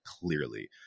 Clearly